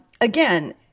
Again